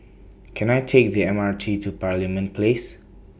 Can I Take The M R T to Parliament Place